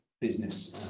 business